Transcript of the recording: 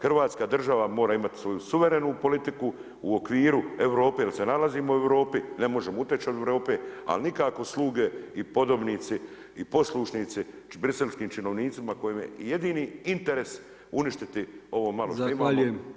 Hrvatska država mora imati svoju suverenu politiku u okviru Europe jer se nalazimo u Europi, ne možemo uteć od Europe, ali nikako sluge i podobnici i poslušnici briselskim činovnicima kojima je jedini interes uništiti ovo malo što imamo.